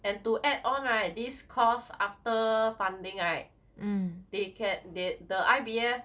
and to add on right this course after funding right they can the the I_B_F